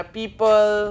people